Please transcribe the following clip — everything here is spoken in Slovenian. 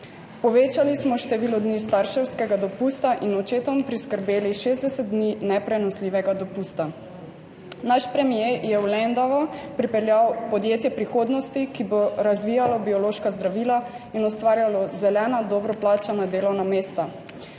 povečali smo število dni starševskega dopusta in očetom priskrbeli 60 dni neprenosljivega dopusta. Naš premier je v Lendavo pripeljal podjetje prihodnosti, ki bo razvijalo biološka zdravila in ustvarjalo zelena, dobro plačana delovna mesta.